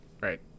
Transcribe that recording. Right